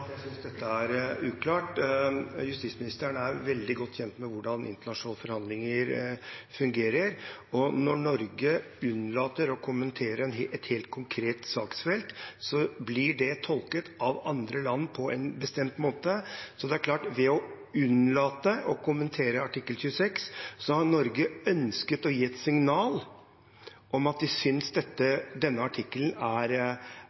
Jeg må gjenta at jeg synes dette er uklart. Justisministeren er veldig godt kjent med hvordan internasjonale forhandlinger fungerer, og når Norge unnlater å kommentere et helt konkret saksfelt, blir det av andre land tolket på en bestemt måte. Det er klart at ved å unnlate å kommentere artikkel 26 har Norge ønsket å gi et signal om at de synes denne artikkelen er